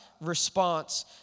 response